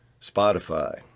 Spotify